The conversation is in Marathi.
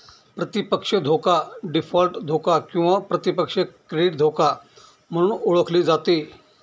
प्रतिपक्ष धोका डीफॉल्ट धोका किंवा प्रतिपक्ष क्रेडिट धोका म्हणून ओळखली जाते